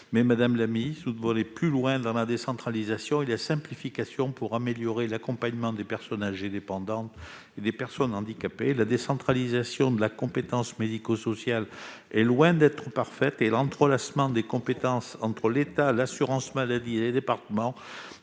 Madame la ministre, nous devons aller plus loin dans la décentralisation et la simplification, pour améliorer l'accompagnement des personnes âgées dépendantes et des personnes handicapées. La décentralisation de la compétence médico-sociale est loin d'être parfaite et l'entrelacement des compétences entre l'État, l'assurance maladie et les départements